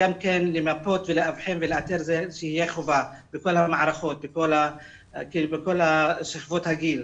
גם כן למפות לאבחן ולאתר צריך שיהיו חובה בכל המערכות ושכבות הגיל.